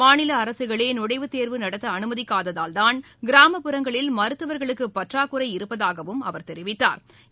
மாநிலஅரசுகளேநழைவுத்தேர்வு நடத்தஅனுமதிக்காததால்தான் கிராமப்புறங்களில் மருத்துவா்களுக்குபற்றாக்குறை இருப்பதாகவும் அவா் தெரிவித்தாா்